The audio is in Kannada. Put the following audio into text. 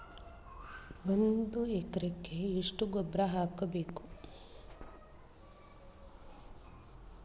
ಒಂದ್ ಎಕರೆಗೆ ಎಷ್ಟ ಗೊಬ್ಬರ ಹಾಕ್ಬೇಕ್?